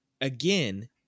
again